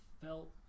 felt